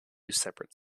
separate